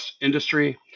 industry